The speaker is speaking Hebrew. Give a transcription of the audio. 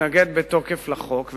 מתנגד בתוקף לחוק,